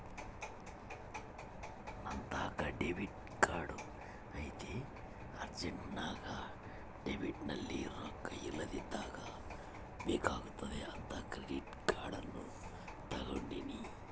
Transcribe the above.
ನಂತಾಕ debit card ಐತೆ ಅರ್ಜೆಂಟ್ನಾಗ ಡೆಬಿಟ್ನಲ್ಲಿ ರೊಕ್ಕ ಇಲ್ಲದಿದ್ದಾಗ ಬೇಕಾಗುತ್ತೆ ಅಂತ ಕ್ರೆಡಿಟ್ ಕಾರ್ಡನ್ನ ತಗಂಡಿನಿ